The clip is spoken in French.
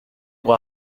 pour